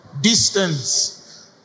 Distance